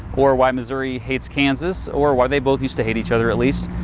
or why missouri hates kansas. or why they both used to hate each other at least.